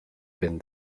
been